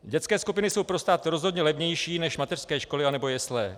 Dětské skupiny jsou pro stát rozhodně levnější než mateřské školy anebo jesle.